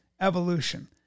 evolution